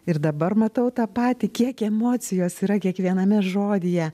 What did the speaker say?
ir dabar matau tą patį kiek emocijos yra kiekviename žodyje